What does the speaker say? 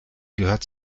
gehört